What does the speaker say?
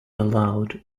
aloud